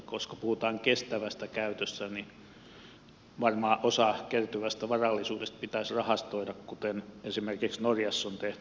koska puhutaan kestävästä käytöstä niin varmaan osa kertyvästä varallisuudesta pitäisi rahastoida kuten esimerkiksi norjassa on tehty